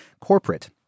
corporate